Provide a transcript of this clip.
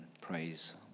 Praise